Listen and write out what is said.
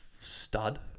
stud